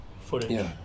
footage